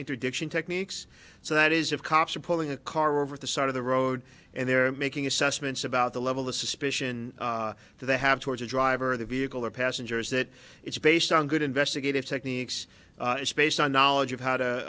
interdiction techniques so that is of cops are pulling a car over the side of the road and they're making assessments about the level of suspicion they have towards a driver of the vehicle or passengers that it's based on good investigative techniques it's based on knowledge of how to